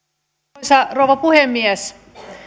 arvoisa rouva puhemies